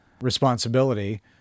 responsibility